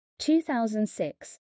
2006